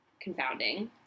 confounding